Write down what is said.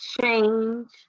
change